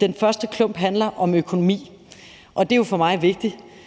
Den første klump handler om økonomi, og det er for mig vigtigt,